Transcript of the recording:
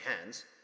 hands